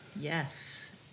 Yes